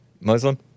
Muslim